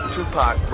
Tupac